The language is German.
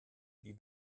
wie